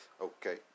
Okay